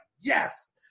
yes